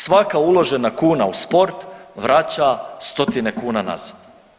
Svaka uložena kuna u sport vraća stotine kuna nazad.